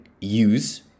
use